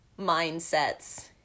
mindsets